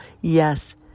Yes